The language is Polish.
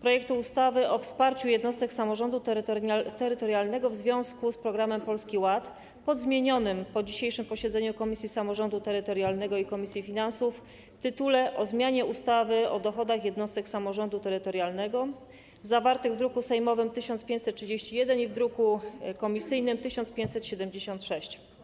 projektu ustawy o wsparciu jednostek samorządu terytorialnego w związku z Programem Polski Ład pod zmienionym po dzisiejszym posiedzeniu komisji samorządu terytorialnego i komisji finansów tytułem: o zmianie ustawy o dochodach jednostek samorządu terytorialnego, druk sejmowy nr 1531 i druk komisyjny nr 1576.